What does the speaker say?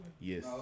Yes